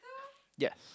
yes